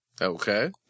Okay